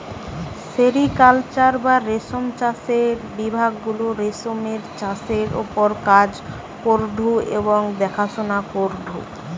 sericulture বা রেশম চাষের বিভাগ গুলা রেশমের চাষের ওপর কাজ করঢু এবং দেখাশোনা করঢু